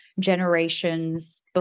generations